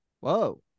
Whoa